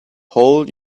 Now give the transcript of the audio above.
pole